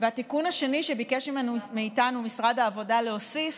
התיקון השני, שביקש מאיתנו משרד העבודה להוסיף,